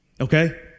Okay